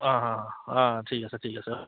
অঁ অঁ অঁ ঠিক আছে ঠিক আছে